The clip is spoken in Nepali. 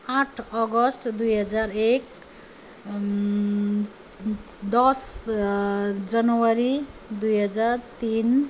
आठ अगस्त दुई हजार एक दस जनवरी दुई हजार तिन